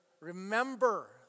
remember